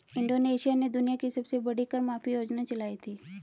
Indonesia ने दुनिया की सबसे बड़ी कर माफी योजना चलाई थी